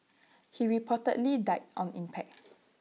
he reportedly died on impact